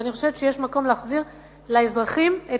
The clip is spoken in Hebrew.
ואני חושבת שיש מקום להחזיר לאזרחים את